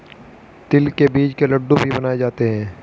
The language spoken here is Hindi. तिल के बीज के लड्डू भी बनाए जाते हैं